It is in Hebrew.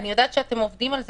אני יודעת שאתם עובדים על זה,